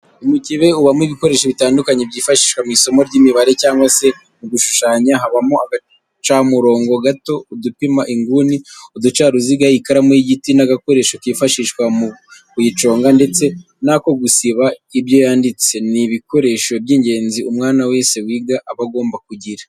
Umukebe ubamo ibikoresho bitandukanye byifashishwa mu isomo ry'imibare cyangwa se mu gushushanya habamo agacamurongo gato, udupima inguni, uducaruziga, ikaramu y'igiti n'agakoresho kifashishwa mu kuyiconga ndetse n'ako gusiba ibyo yanditse, ni ibikoresho by'ingenzi umwana wese wiga aba agomba kugira.